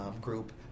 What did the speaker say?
group